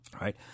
right